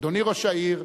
אדוני ראש העיר,